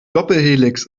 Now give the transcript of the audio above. doppelhelix